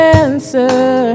answer